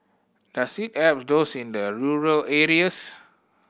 does it help those in the rural areas